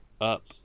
up